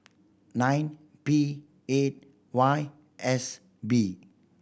nine P eight Y S B